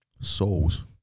souls